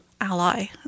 ally